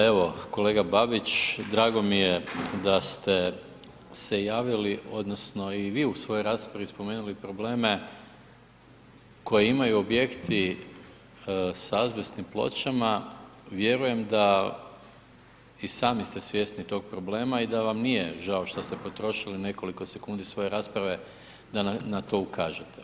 Evo, kolega Babić, drago mi je da ste se javili odnosno i vi u svojoj raspravi spomenuli probleme koje imaju objekti s azbestnim pločama, vjerujem da, i sami ste svjesni tog problema i da vam nije žao što ste potrošili nekoliko sekundi svoje rasprave da na to ukažete.